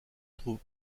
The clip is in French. trouve